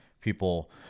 people